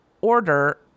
order